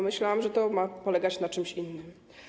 Myślałam, że to ma polegać na czymś innym.